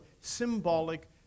symbolic